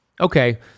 Okay